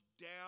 down